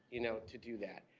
you know, to do that.